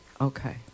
Okay